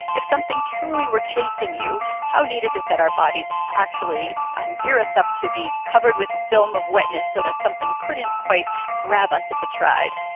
if something truly were chasing you, how neat is it that our bodies actually gear us up to be covered with a film of wetness so that something couldn't quite grab us if it tried?